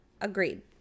agreed